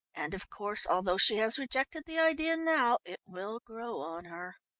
and, of course, although she has rejected the idea now, it will grow on her.